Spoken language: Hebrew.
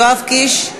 יואב קיש?